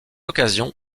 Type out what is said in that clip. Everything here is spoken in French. occasion